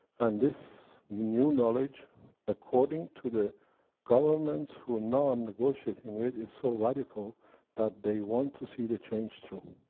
and this new knowledge according to the governments who now i am negotiating with, is so radical is that they want to see the change through.